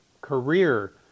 career